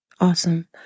awesome